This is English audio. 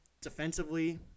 Defensively